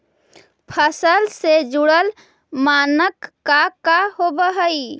फसल से जुड़ल मानक का का होव हइ?